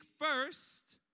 first